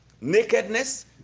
Nakedness